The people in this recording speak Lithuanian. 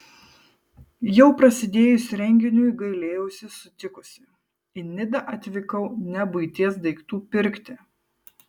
jau prasidėjus renginiui gailėjausi sutikusi į nidą atvykau ne buities daiktų pirkti